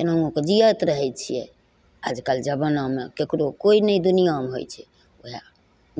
कयनहुँ कऽ जियत रहय छियै आजकल जमानामे केकरो कोइ हि दुनिआँमे होइ छै वएह